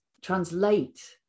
translate